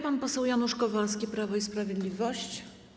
Pan poseł Janusz Kowalski, Prawo i Sprawiedliwość.